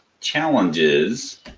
challenges